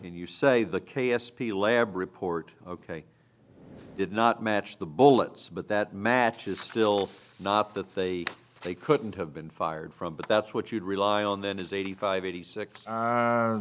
n you say the k s p lab report ok did not match the bullets but that matches still not that they they couldn't have been fired from but that's what you'd rely on then is eighty five eighty six